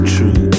True